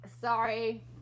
Sorry